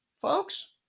Folks